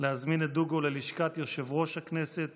להזמין את דוגו ללשכת יושב-ראש הכנסת